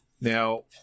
Now